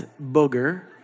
booger